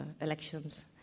elections